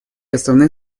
основных